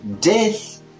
Death